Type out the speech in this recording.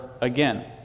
again